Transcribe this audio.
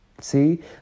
See